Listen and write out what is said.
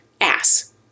ass